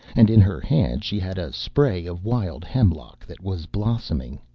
and in her hand she had a spray of wild hemlock that was blossoming.